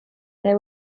there